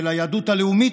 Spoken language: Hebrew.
של היהדות הלאומית,